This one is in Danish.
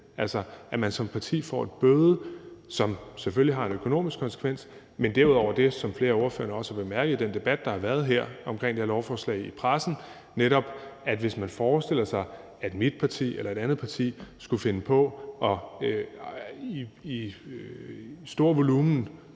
altså at man altså som parti får en bøde, som selvfølgelig har en økonomisk konsekvens. Derudover er der også det, som flere ordførere har bemærket i den debat, der har været om lovforslaget i pressen, nemlig at hvis man forestiller sig, at mit parti eller et andet parti skulle finde på i større